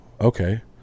Okay